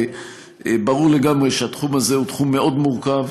ברור לגמרי שהתחום הזה הוא תחום מאוד מורכב,